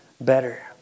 better